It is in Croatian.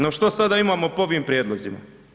No šta sada imamo po ovim prijedlozima?